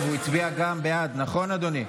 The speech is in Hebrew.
חנוך, היושב-ראש, זה לא עובד לי.